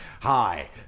Hi